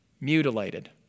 mutilated